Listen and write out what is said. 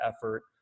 effort